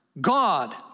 God